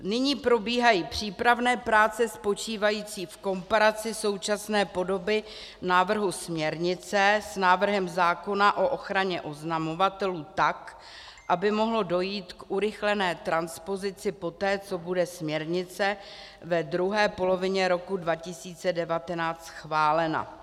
Nyní probíhají přípravné práce spočívající v komparaci současné podoby návrhu směrnice s návrhem zákona o ochraně oznamovatelů tak, aby mohlo dojít k urychlené transpozici poté, co bude směrnice ve druhé polovině roku 2019 schválena.